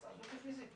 אז שיהיה פיסית,